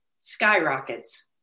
skyrockets